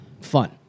fun